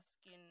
skin